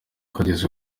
kugeza